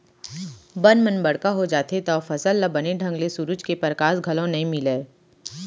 बन मन बड़का हो जाथें तव फसल ल बने ढंग ले सुरूज के परकास घलौ नइ मिलय